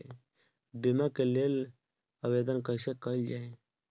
बीमा के लेल आवेदन कैसे कयील जाइ?